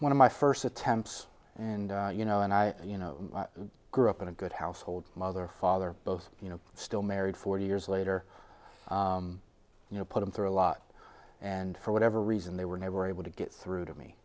one of my first attempts and you know and i you know grew up in a good household mother father both you know still married forty years later you know put them through a lot and for whatever reason they were never able to get through to me